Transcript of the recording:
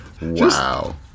Wow